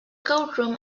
courtroom